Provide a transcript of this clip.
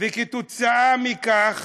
וכתוצאה מכך,